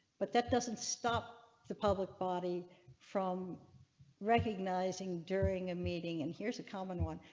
but that doesn't stop the public body from recognizing during a meeting in here is a common one.